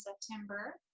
September